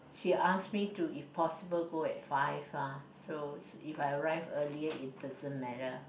she ask me to if possible go at five ah so if I arrive earlier it doesn't matter